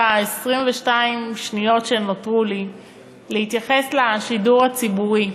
ב-22 השניות שנותרו לי אני רוצה להתייחס לשידור הציבורי.